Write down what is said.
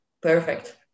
perfect